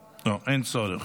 לא, אין צורך.